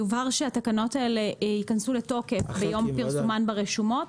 יובהר שהתקנות האלה ייכנסו לתוקף ביום פרסומן ברשומות,